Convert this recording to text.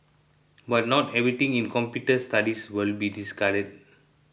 but not everything in computer studies will be discarded